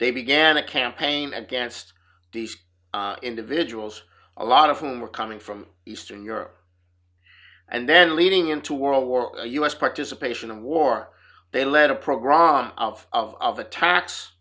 they began a campaign against these individuals a lot of whom were coming from eastern europe and then leading into world war us participation of war they led a program of of attacks